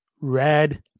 Red